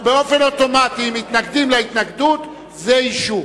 באופן אוטומטי, מתנגדים להתנגדות, זה אישור.